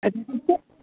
ଆଜ୍ଞା